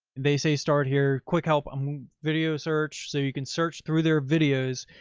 they say, start here, quick help. um video search. so you can search through their videos.